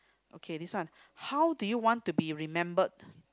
okay this one how do you want to be remembered